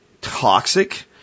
toxic